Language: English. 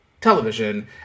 television